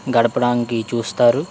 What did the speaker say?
గడపడానికి చూస్తారు